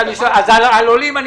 אחמד טיבי